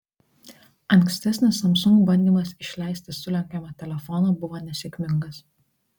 ankstesnis samsung bandymas išleisti sulenkiamą telefoną buvo nesėkmingas